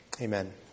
Amen